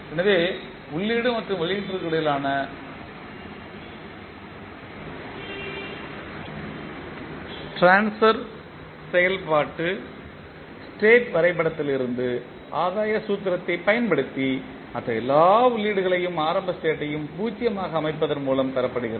எனவே உள்ளீடு மற்றும் வெளியீட்டிற்கு இடையிலான ட்ரான்ஸ்பர் செயல்பாடு ஸ்டேட் வரைபடத்திலிருந்து ஆதாய சூத்திரத்தைப் பயன்படுத்தி மற்ற எல்லா உள்ளீடுகளையும் ஆரம்ப ஸ்டேட்யையும் 0 ஆக அமைப்பதன் மூலம் பெறப்படுகிறது